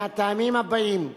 מהטעמים הבאים: